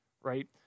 right